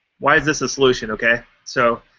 why is this a solution, okay? so,